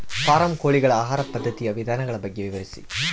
Form ಕೋಳಿಗಳ ಆಹಾರ ಪದ್ಧತಿಯ ವಿಧಾನಗಳ ಬಗ್ಗೆ ವಿವರಿಸಿ?